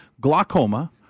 glaucoma